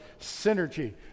synergy